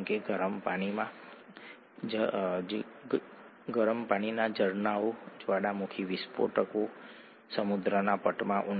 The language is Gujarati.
એડીપીનું એટીપીમાં રૂપાંતર થાય છે જે આપણે જાણીએ છીએ કે ફોસ્ફેટ જૂથનો ઉમેરો કરવાથી